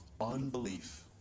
Unbelief